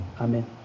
Amen